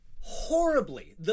horribly